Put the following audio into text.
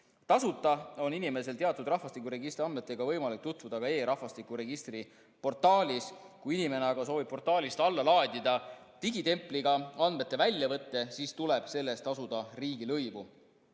Tasuta on inimesel teatud rahvastikuregistri andmetega võimalik tutvuda e-rahvastikuregistri portaalis. Kui aga inimene soovib portaalist alla laadida digitempliga andmete väljavõtteid, siis tuleb selle eest tasuda riigilõivu.